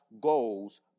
goals